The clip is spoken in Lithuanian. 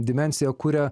dimensiją kuria